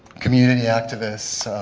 community activists